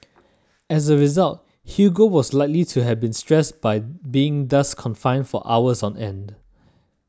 as a result Hugo was likely to have been stressed by being thus confined for hours on end